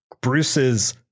Bruce's